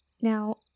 Now